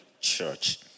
church